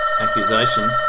accusation